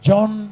John